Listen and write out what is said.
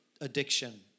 addiction